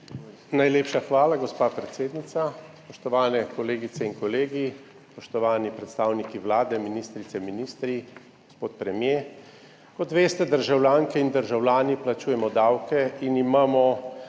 Najlepša hvala, gospa predsednica. Spoštovane kolegice in kolegi, spoštovani predstavniki Vlade, ministrice, ministri, gospod premier! Kot veste, državljanke in državljani plačujemo davke in imamo